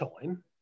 time